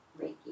Reiki